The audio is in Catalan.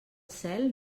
cel